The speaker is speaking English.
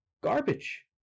Garbage